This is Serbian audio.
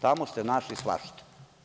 Tamo ste našli svašta.